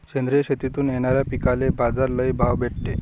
सेंद्रिय शेतीतून येनाऱ्या पिकांले बाजार लई भाव भेटते